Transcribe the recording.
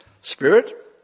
Spirit